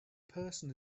person